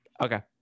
Okay